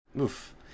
Oof